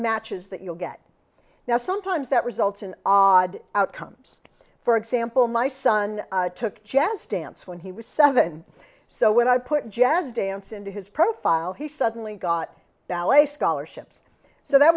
matches that you'll get now sometimes that results in odd outcomes for example my son took a chance stance when he was seven so when i put jazz dance into his profile he suddenly got ballet scholarships so that